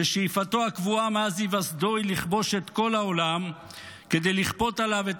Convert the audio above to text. ששאיפתו הקבועה מאז היווסדו היא לכבוש את כל העולם כדי לכפות עליו את